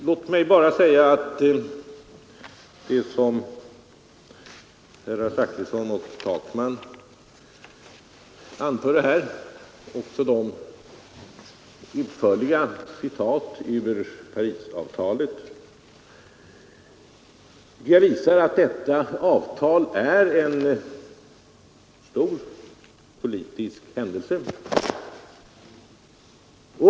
Men låt mig säga att det som herr Zachrisson och herr Takman anförde, inte minst de utförliga citaten ur Parisavtalet, visar att det avtalet är en stor politisk händelse.